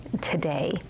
today